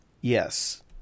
yes